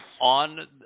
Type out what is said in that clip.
on